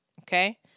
Okay